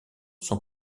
sont